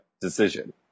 decision